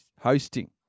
hosting